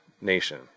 nation